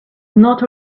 not